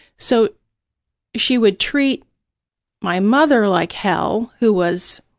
so she would treat my mother like hell, who was,